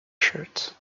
shirt